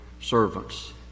servants